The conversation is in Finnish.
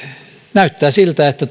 näyttää siltä että